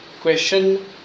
question